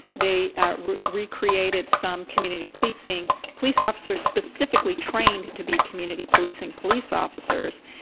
they recreated some community policing police officers specifically trained to be community policing police officers.